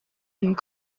une